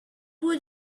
would